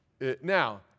Now